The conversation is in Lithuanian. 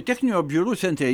techninių apžiūrų centre